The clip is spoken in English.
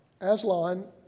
Aslan